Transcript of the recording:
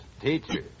teacher